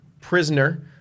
prisoner